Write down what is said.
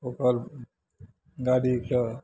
ओकर गाड़ीके